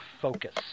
focus